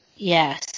Yes